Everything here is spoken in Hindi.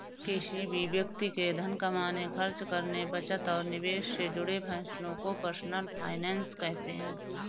किसी भी व्यक्ति के धन कमाने, खर्च करने, बचत और निवेश से जुड़े फैसलों को पर्सनल फाइनैन्स कहते हैं